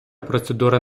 процедура